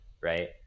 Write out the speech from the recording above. right